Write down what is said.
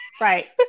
Right